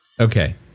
okay